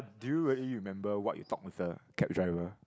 do you really remember what you talk with the cab driver